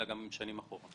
גם משנים אחורה.